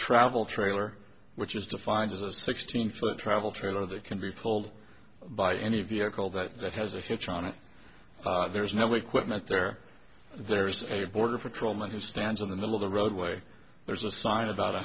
travel trailer which is defined as a sixteen foot travel trailer that can be pulled by any vehicle that has a hitch on it there's no way quit met there there's a border patrol man who stands in the middle of the roadway there's a sign about